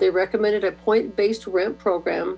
they recommended a point based ramp program